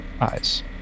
eyes